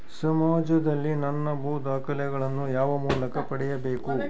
ಸಮಾಜದಲ್ಲಿ ನನ್ನ ಭೂ ದಾಖಲೆಗಳನ್ನು ಯಾವ ಮೂಲಕ ಪಡೆಯಬೇಕು?